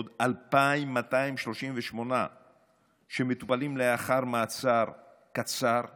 עוד 2,238 שמטופלים לאחר מעצר קצר רגיל,